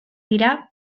dira